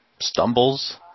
stumbles